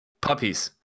Puppies